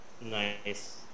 Nice